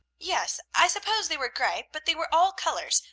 yes, i suppose they were gray but they were all colors,